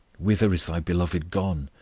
whither is thy beloved gone,